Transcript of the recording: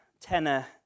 Tenor